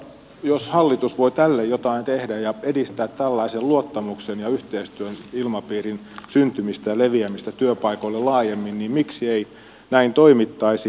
jos hallitus voi tälle jotain tehdä ja edistää tällaisen luottamuksen ja yhteistyön ilmapiirin syntymistä ja leviämistä työpaikoille laajemmin niin miksi ei näin toimittaisi